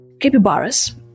capybaras